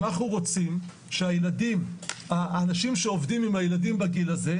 אנחנו רוצים שהאנשים שעובדים עם הילדים בגיל הזה,